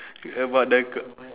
about the c~